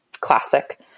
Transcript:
classic